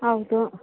ಹೌದು